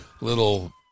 little